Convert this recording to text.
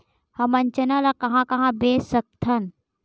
हमन चना ल कहां कहा बेच सकथन?